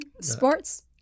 Sports